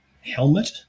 helmet